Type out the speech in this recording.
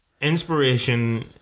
inspiration